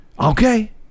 Okay